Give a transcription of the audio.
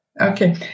Okay